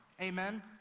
Amen